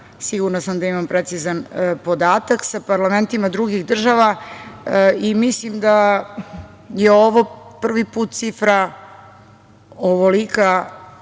sigurna sam da imam precizan podatak, sa parlamentima drugih država i mislim da je ovo prvi put cifra ovolika